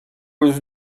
was